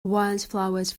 wildflowers